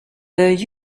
though